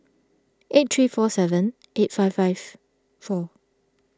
eight three four seven eight five five four